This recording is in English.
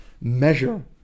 measure